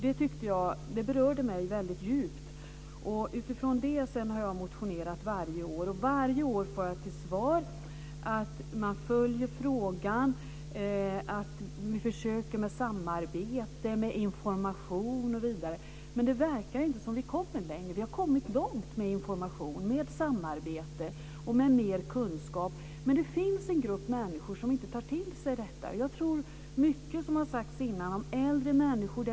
Det berörde mig djupt. Utifrån det har jag sedan motionerat varje år. Varje år får jag till svar att man följer frågan, att man försöker med samarbete, information osv. Men det verkar inte som om vi kommer längre. Vi har kommit långt med information, samarbete och mer kunskap. Men det finns en grupp människor som inte tar till sig det. Mycket har sagts om äldre människor.